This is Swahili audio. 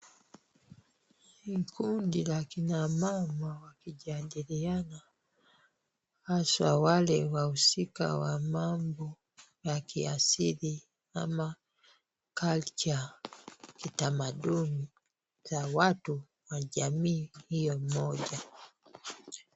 Ni kundi la kina mama wakijadiliana, haswa wale wahusika wa mambo ya kiasili ama culture , kitamaduni za watu wa jamii hiyo moja.